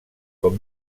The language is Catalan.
com